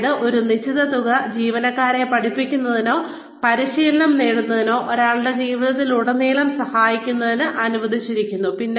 അതായത് ഒരു നിശ്ചിത തുക ജോലിക്കാരനെ പഠിക്കുന്നതിനോ അല്ലെങ്കിൽ പരിശീലനം നേടുന്നതിനോ ഒരാളുടെ ജീവിതത്തിലുടനീളം സഹായിക്കുന്നതിന് അനുവദിച്ചിരിക്കുന്നു